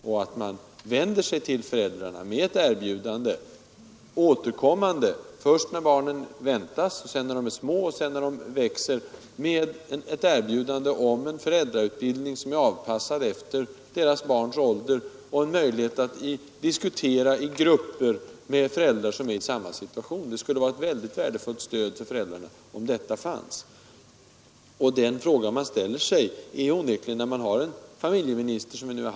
Man skall vända sig till föräldrarna med ett erbjudande först när barnen väntas. Sedan kommer man tillbaka när barnen är små och senare när de vuxit. Erbjudandet om en föräldrautbildning skall vara anpassat efter barnens ålder och ge möjlighet till gruppdiskussion med föräldrar som är i samma situation. Det skulle vara ett värdefullt stöd för föräldrarna om detta fanns. Vi har nu i sex år, tror jag, haft samma familjeminister.